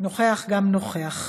נוכח גם נוכח.